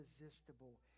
irresistible